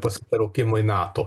pas traukimui nato